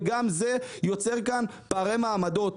וגם זה יוצר כאן פערי מעמדות.